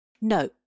No